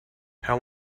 how